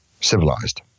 civilized